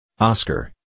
Oscar